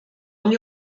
nie